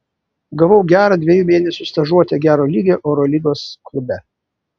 gavau gerą dviejų mėnesių stažuotę gero lygio eurolygos klube